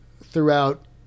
throughout